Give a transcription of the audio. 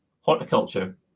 Horticulture